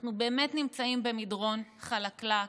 אנחנו באמת נמצאים במדרון חלקלק.